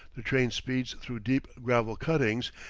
the train speeds through deep gravel cuttings,